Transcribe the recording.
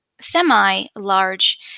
semi-large